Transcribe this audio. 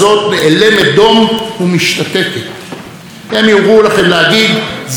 הם יאמרו לכם להגיד שזה או הם או אנחנו,